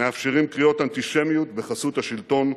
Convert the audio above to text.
מאפשרים קריאות אנטישמיות בחסות השלטון,